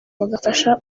bagafasha